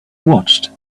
watched